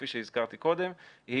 כפי שהזכרתי קודם,